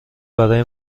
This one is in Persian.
برای